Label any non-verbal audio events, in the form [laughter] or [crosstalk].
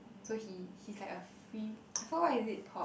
so he he's like a free [noise] I forgot what is it called